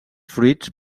fruits